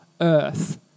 earth